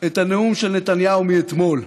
את הנאום של נתניהו מאתמול,